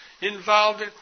involved